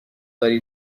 داری